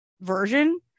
version